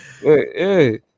hey